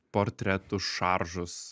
portretus šaržus